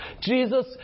Jesus